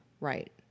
Right